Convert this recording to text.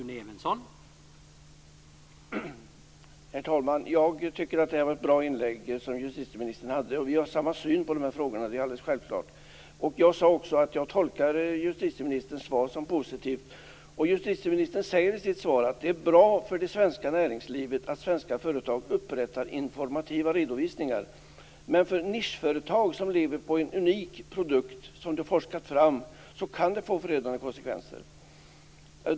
Herr talman! Justitieministerns inlägg var bra. Det är alldeles självklart att vi har samma uppfattning i de här frågorna. Jag tolkar justitieministerns svar som positivt. Hon säger där att det är bra för det svenska näringslivet att svenska företag upprättar informativa redovisningar. Men för nischföretag som lever på en unik produkt som man forskat fram kan det få förödande konsekvenser.